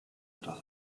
etwas